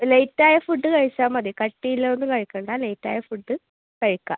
light ആയ food കഴിച്ചാൽ മതി കട്ടി ഉള്ളതൊന്നും കഴിക്കണ്ട ലൈറ്റ് ആയ ഫുഡ് കഴിക്കാം